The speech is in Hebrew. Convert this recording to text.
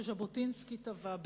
שז'בוטינסקי טבע,